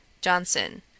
Johnson